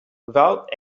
without